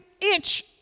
inch